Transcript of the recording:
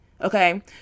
Okay